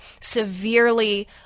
severely